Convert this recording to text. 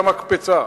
מהמקפצה.